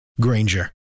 Granger